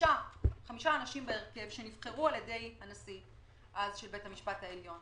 חמישה אנשים בהרכב שנבחרו על ידי נשיא בית המשפט העליון